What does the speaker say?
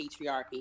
patriarchy